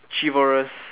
chivalrous